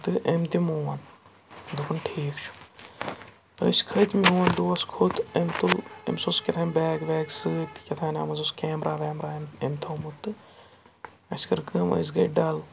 تہٕ أمۍ تہِ مون دوٚپُن ٹھیٖک چھُ أسۍ کھٔتۍ میون دوس کھوٚت أمۍ تُل أمِس اوس کیٛاہ تانۍ بیگ ویگ سۭتۍ تہٕ کیٛاہ تانۍ اَتھ منٛز اوس کیمرا ویمرا أمۍ أمۍ تھوٚومُت تہٕ اَسہِ کٔر کٲم أسۍ گٔے ڈَل